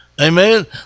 Amen